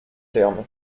terme